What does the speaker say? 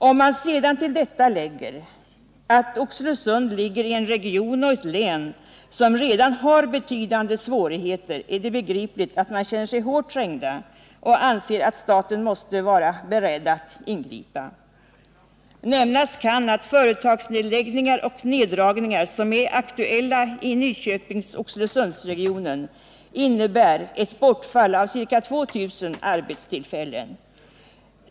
Om till detta sedan läggs att Oxelösund ligger i en region och ett län som redan har betydande svårigheter, är det begripligt att man där känner sig hårt trängd och anser att staten måste vara beredd att ingripa. Nämnas kan att företagsnedläggningar och neddragningar som är aktuella i Nyköping Oxelösundsregionen innebär ett bortfall av ca 2 000 arbetstillfällen.